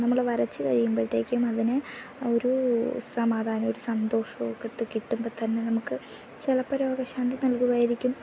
നമ്മൾ വരച്ചു കഴിയുമ്പോഴത്തേക്കും അതിനെ ഒരൂ സമാധാനം ഒരു സന്തോഷം ഒക്കെ കിട്ടുമ്പോൽ തന്നെ നമുക്ക് ചിലപ്പം രോഗശാന്തി നൽകുമായിരിക്കും